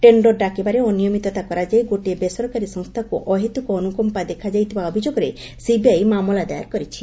tender ଡାକିବାରେ ଅନିୟମିତତା କରାଯାଇ ଗୋଟିଏ ବେସରକାରୀ ସଂସ୍ଥାକୁ ଅହେତୁକ ଅନୁକମ୍ପା ଦେଖାଯାଇଥିବା ଅଭିଯୋଗରେ ସିବିଆଇ ମାମଲା ଦାୟର କରିଛି